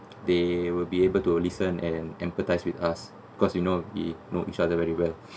they will be able to listen and empathise with us cause you know he know each other very well